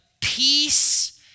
peace